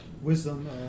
Wisdom